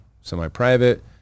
semi-private